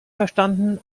verstanden